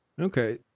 Okay